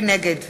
נגד